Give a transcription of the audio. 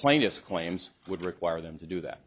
plaintiffs claims would require them to do that